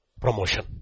Promotion